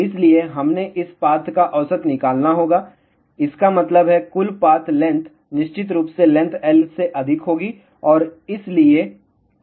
इसलिए हमें इन पाथ का औसत निकालना होगा इसका मतलब है कुल पाथ लेंथ निश्चित रूप से लेंथ L से अधिक होगी और इसलिए फ्रीक्वेंसी कम हो जाएगी